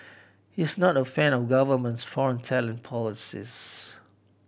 he's not a fan of the government's foreign talent policies